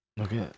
Okay